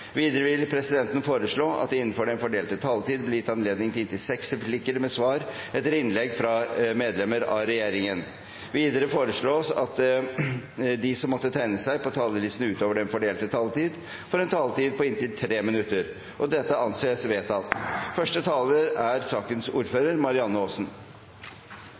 Videre vil presidenten foreslå at det – innenfor den fordelte taletid – blir gitt anledning til inntil seks replikker med svar etter innlegg fra medlemmer av regjeringen. Videre foreslås det at de som måtte tegne seg på talerlisten utover den fordelte taletid, får en taletid på inntil 3 minutter. – Det anses vedtatt. Noen vil si det er